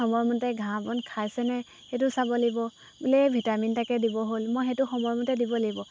সময়মতে ঘাঁহ বন খাইছেনে সেইটো চাব লাগিব বোলে ভিটামিন এটাকে দিব হ'ল মই সেইটো সময়মতে দিব লাগিব